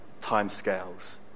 timescales